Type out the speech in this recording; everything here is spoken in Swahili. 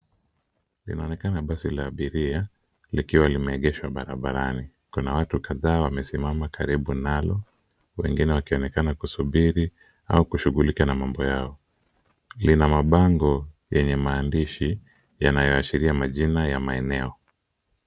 Inaonekana basi la abiria likiwa limeegeshwa barabarani. Kuna watu kadhaa wamesimama karibu nalo wengine wakionekana kusubiri au kushughulika na mambo yao. Lina mabango yenye maandishi yanaoashiria majina ya maeneo.